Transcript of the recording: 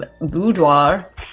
boudoir